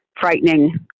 frightening